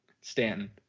Stanton